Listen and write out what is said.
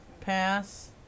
pass